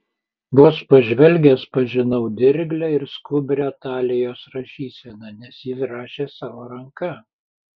vos pažvelgęs pažinau dirglią ir skubrią talijos rašyseną nes ji rašė savo ranka